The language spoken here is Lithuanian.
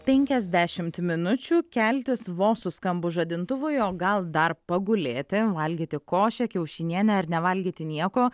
penkiasdešimt minučių keltis vos suskambus žadintuvui o gal dar pagulėti valgyti košę kiaušinienę ar nevalgyti nieko